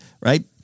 right